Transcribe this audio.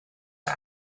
you